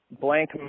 blank